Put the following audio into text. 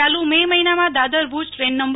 ચાલુ મે મહિનામાં દાદર ભુજ ટ્રેન નં